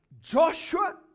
Joshua